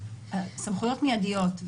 סמכויות מידיות,